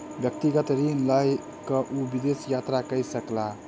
व्यक्तिगत ऋण लय के ओ विदेश यात्रा कय सकला